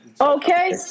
Okay